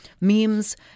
memes